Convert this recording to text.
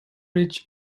rich